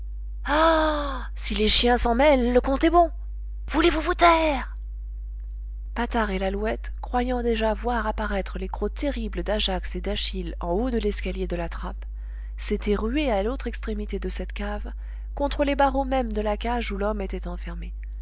si les chiens s'en mêlent le compte est bon voulez-vous vous taire patard et lalouette croyant déjà voir apparaître les crocs terribles d'ajax et d'achille en haut de l'escalier de la trappe s'étaient rués à l'autre extrémité de cette cave contre les barreaux mêmes de la cage où l'homme était enfermé